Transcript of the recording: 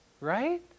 right